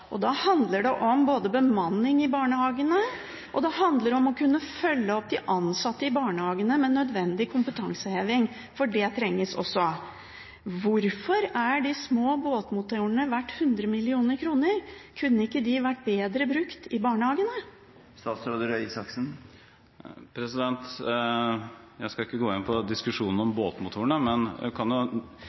Da handler det både om bemanning i barnehagene og om å kunne følge opp de ansatte i barnehagene med nødvendig kompetanseheving, for det trengs også. Hvorfor er de små båtmotorene verdt 100 mill. kr? Kunne ikke de pengene vært bedre brukt i barnehagen? Jeg skal ikke gå inn på diskusjonen om båtmotorene.